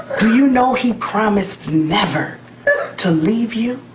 do you know he promised never to leave you?